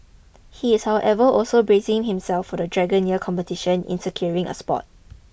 he is however also bracing himself for the Dragon Year competition in securing a spot